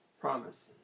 Promise